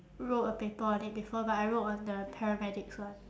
wrote a paper on it before but I wrote on the paramedics one